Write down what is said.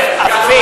אפיק.